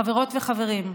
חברות וחברים,